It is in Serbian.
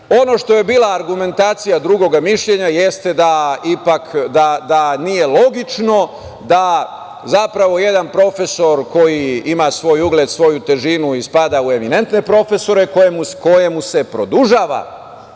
Ono što je bila argumentacija drugoga mišljenja jeste da ipak nije logično da zapravo jedan profesor koji ima svoj ugled, svoju težinu i spada u eminentne profesore, kojem se produžava